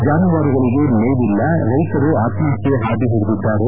ಜಾನುವಾರುಗಳಗೆ ಮೇವಿಲ್ಲ ರೈತರು ಆತ್ಮಹತ್ತೆ ಹಾದಿ ಹಿಡಿದ್ದಾರೆ